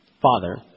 Father